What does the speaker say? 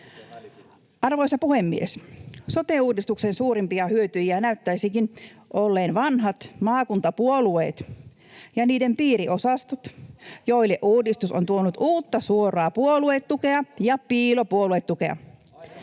Arvoisa puhemies! Sote-uudistuksen suurimpia hyötyjiä näyttäisivätkin olleen vanhat maakuntapuolueet ja niiden piiriosastot, joille uudistus on tuonut uutta suoraa puoluetukea [Antti Kurvisen